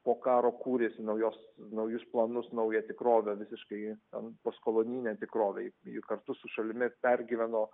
po karo kūrėsi naujos naujus planus naują tikrovę visiškai ten postkolonijinę tikrovę ji kartu su šalimi pergyveno